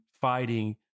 fighting